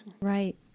Right